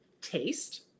taste